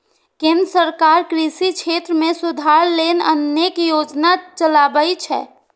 केंद्र सरकार कृषि क्षेत्र मे सुधार लेल अनेक योजना चलाबै छै